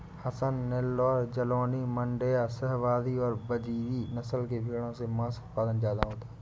हसन, नैल्लोर, जालौनी, माण्ड्या, शाहवादी और बजीरी नस्ल की भेंड़ों से माँस उत्पादन ज्यादा होता है